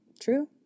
true